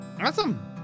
Awesome